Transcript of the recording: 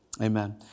Amen